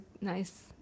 nice